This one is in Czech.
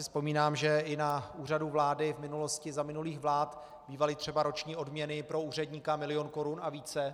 Vzpomínám si, že i na Úřadu vlády v minulosti za minulých vlád bývaly třeba roční odměny pro úředníka milion korun a více.